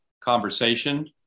conversation